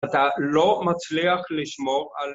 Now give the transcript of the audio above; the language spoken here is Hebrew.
אתה לא מצליח לשמור על...